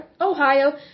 Ohio